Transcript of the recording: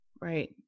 Right